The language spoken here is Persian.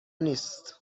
نیست